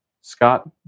Scott